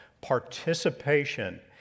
participation